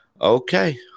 Okay